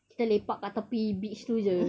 kita lepak kat tepi beach tu jer